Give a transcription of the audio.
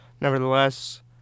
Nevertheless